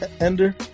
Ender